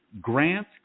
Grant